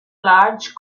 large